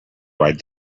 ride